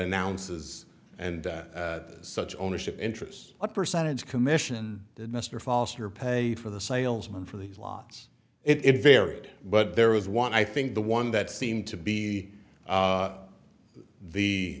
announces and such ownership interests what percentage commission did mr foster pay for the salesman for these lots it varied but there was one i think the one that seemed to be